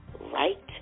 right